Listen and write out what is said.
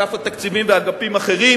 אגף התקציבים ואגפים אחרים.